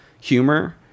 humor